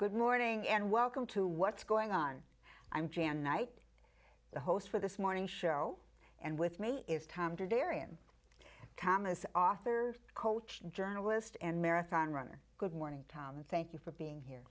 good morning and welcome to what's going on i'm jan knight the host for this morning show and with me is time to darien camis author coaching journalist and marathon runner good morning tom and thank you for being here